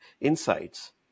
insights